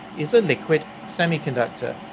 is a liquid semiconductor.